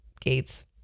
Gates